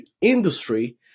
industry